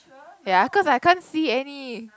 ya cause I can't see any